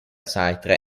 sartre